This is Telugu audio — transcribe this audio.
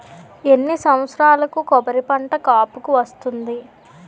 ఎన్ని సంవత్సరాలకు కొబ్బరి పంట కాపుకి వస్తుంది?